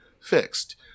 fixed